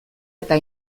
eta